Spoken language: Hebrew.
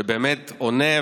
שבאמת עונה,